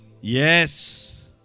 Yes